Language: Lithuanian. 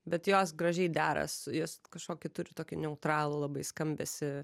bet jos gražiai dera su jos kažkokį turi tokį neutralų labai skambesį